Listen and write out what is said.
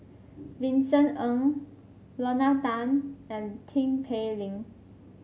Vincent Ng Lorna Tan and Tin Pei Ling